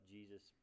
Jesus